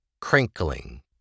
crinkling